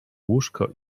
łóżko